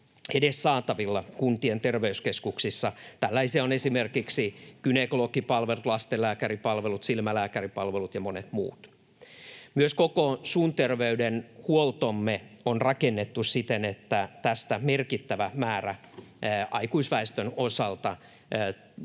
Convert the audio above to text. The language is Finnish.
edes saatavilla kuntien terveyskeskuksissa. Tällaisia ovat esimerkiksi gynekologipalvelut, lastenlääkäripalvelut, silmälääkäripalvelut ja monet muut. Myös koko suun terveydenhuoltomme on rakennettu siten, että tästä merkittävä määrä aikuisväestön osalta